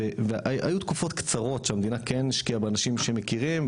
והיו תקופות קצרות שהמדינה כן השקיעה באנשים שמכירים,